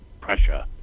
pressure